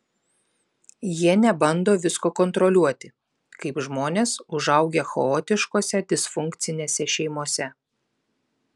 jie nebando visko kontroliuoti kaip žmonės užaugę chaotiškose disfunkcinėse šeimose